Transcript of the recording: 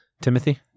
Timothy